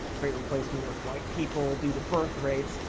great replacement of white people due to birth rates.